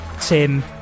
Tim